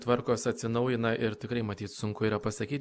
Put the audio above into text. tvarkos atsinaujina ir tikrai matyt sunku yra pasakyt